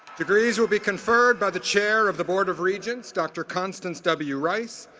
degrees will be conferred by the chair of the board of regents, dr. constance w. rice.